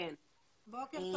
בוקר טוב